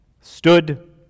stood